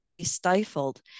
stifled